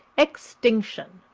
extinction,